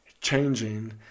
changing